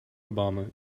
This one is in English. obama